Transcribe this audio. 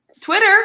Twitter